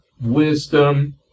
wisdom